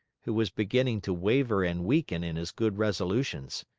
who was beginning to waver and weaken in his good resolutions.